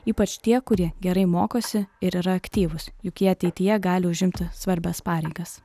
ypač tie kurie gerai mokosi ir yra aktyvūs juk jie ateityje gali užimti svarbias pareigas